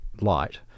light